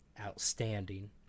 outstanding